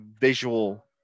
visual